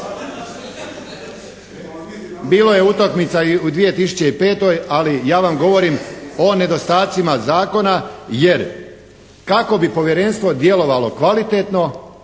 Bilo je utakmica i u 2005. ali ja vam govorim o nedostacima zakona jer kako bi povjerenstvo djelovalo kvalitetno